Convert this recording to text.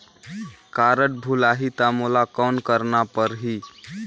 Card भुलाही ता मोला कौन करना परही?